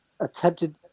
Attempted